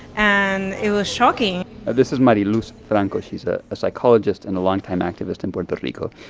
and it was shocking this is mariluz franco. she's ah a psychologist and a longtime activist in puerto rico.